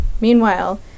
Meanwhile